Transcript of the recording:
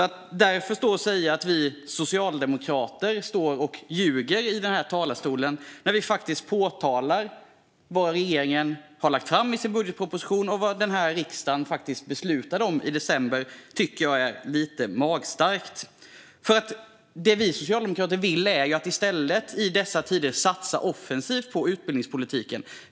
Att stå och säga att vi socialdemokrater står och ljuger i denna talarstol när vi faktiskt påpekar vad regeringen har lagt fram i sin budgetproposition och vad denna riksdag faktiskt beslutade om i december tycker jag är lite magstarkt. Det som vi socialdemokrater vill är i stället att i dessa tider satsa offensivt på utbildningspolitiken.